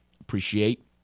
appreciate